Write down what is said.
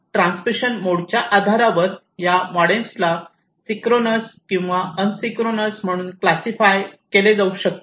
transmission मोडच्या आधारावर या मॉडेम्सला सिंक्रोनस किंवा एसिन्क्रोनस म्हणून क्लासिफाय केले जाऊ शकते